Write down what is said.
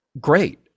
great